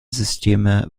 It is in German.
systeme